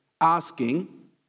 asking